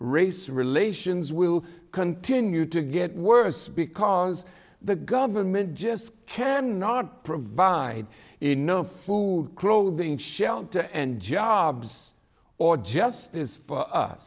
race relations will continue to get worse because the government just can not provide enough food clothing shelter and jobs or justice for us